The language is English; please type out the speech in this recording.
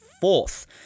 fourth